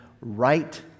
right